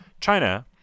China